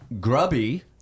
grubby